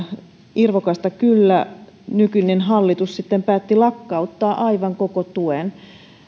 irvokasta kyllä nykyinen hallitus sitten päätti lakkauttaa aivan koko tuen